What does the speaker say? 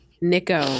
Nico